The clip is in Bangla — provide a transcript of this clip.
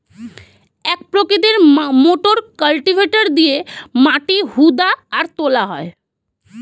এক প্রকৃতির মোটর কালটিভেটর দিয়ে মাটি হুদা আর তোলা হয়